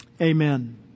Amen